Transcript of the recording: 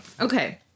Okay